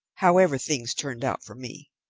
however things turned out for me.